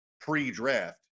Pre-draft